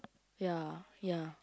ya ya